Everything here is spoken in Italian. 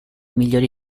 migliori